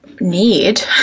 need